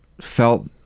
felt